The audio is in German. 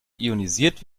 ionisiert